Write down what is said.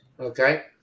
okay